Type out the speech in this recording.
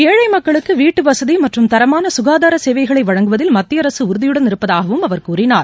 ஏழை மக்களுக்கு வீட்டு வசதி மற்றும் தரமான சுகாதார சேவைகளை வழங்குவதில் மத்திய அரசு உறுதியுடன் இருப்பதாவும் அவர் கூறினார்